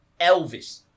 Elvis